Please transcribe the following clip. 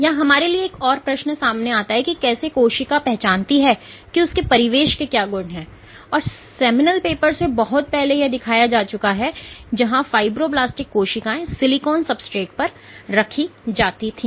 यहां हमारे लिए एक और प्रश्न सामने आता है कि कैसे कोशिका यह पहचानती है कि उसके परिवेश के क्या गुण हैं और सेमिनल पेपर से बहुत पहले यह दिखाया जा चुका है जहां फाइब्रोब्लास्टिक कोशिकाएं सिलिकॉन सबस्ट्रेट पर रखी जाती थी